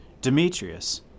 Demetrius